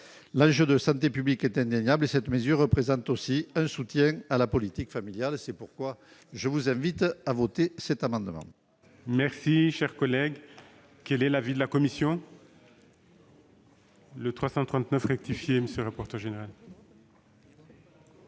termes de santé publique est indéniable. Cette mesure représente aussi un soutien à la politique familiale. C'est pourquoi je vous invite, mes chers